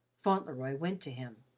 fauntleroy went to him.